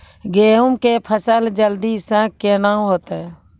गेहूँ के फसल जल्दी से के ना होते?